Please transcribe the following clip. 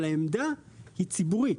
אבל העמדה היא ציבורית.